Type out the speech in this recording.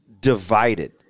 divided